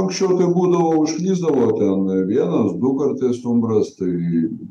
anksčiau būdavo užklysdavo vienas du kartais stumbras tai